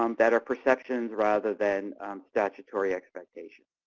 um that are perceptions rather than statutory expectations.